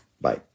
Bye